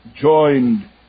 joined